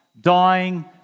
dying